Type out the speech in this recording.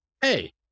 Hey